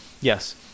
yes